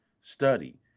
study